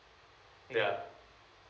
ya